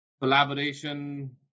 collaboration